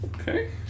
Okay